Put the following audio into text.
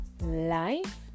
life